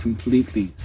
Completely